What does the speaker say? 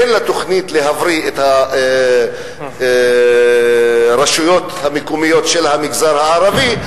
אין לה תוכנית להבריא את הרשויות המקומיות של המגזר הערבי,